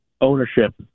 ownership